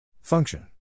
function